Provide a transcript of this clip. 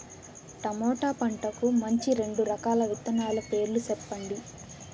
tomato పంటకు మంచి రెండు రకాల విత్తనాల పేర్లు సెప్పండి